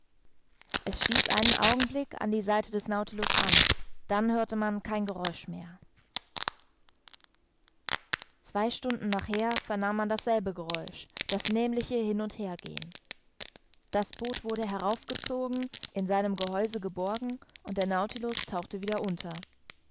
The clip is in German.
es stieß einen augenblick an die seite des nautilus an dann hörte man kein geräusch mehr zwei stunden nachher vernahm man dasselbe geräusch das nämliche hin und hergehen das boot wurde herauf gezogen in seinem gehäuse geborgen und der nautilus tauchte wieder unter